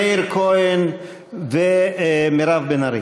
מאיר כהן ומירב בן-ארי.